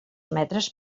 metres